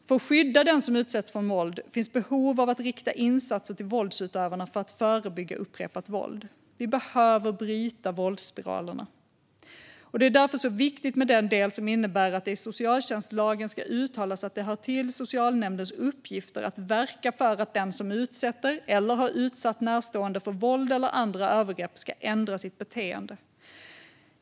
För att skydda dem som utsätts för våld finns det behov av att rikta insatser till våldsutövarna för att förebygga upprepat våld. Vi behöver bryta våldsspiralerna. Det är därför så viktigt med den del som innebär att det i socialtjänstlagen ska uttalas att det hör till socialnämndens uppgifter att verka för att den som utsätter eller har utsatt närstående för våld eller andra övergrepp ska ändra sitt beteende.